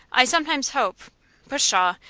i sometimes hope pshaw!